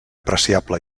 apreciable